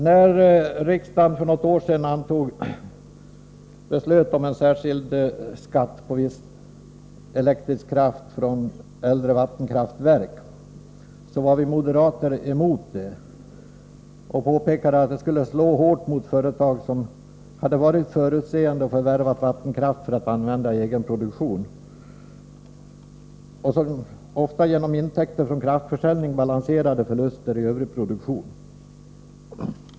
När riksdagen för något år sedan beslöt om en särskild skatt på viss elektrisk kraft från äldre vattenkraftverk var vi moderater emot det och påpekade att skatten skulle slå hårt mot företag som hade varit förutseende och förvärvat vattenkraft för att använda i egen produktion och som ofta genom intäkter från kraftförsäljning balanserade förluster i övrig produktion.